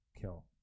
kill